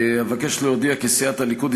אבקש להודיע כי סיעת הליכוד,